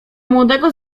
młodego